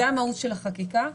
זו המהות של החקיקה.